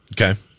Okay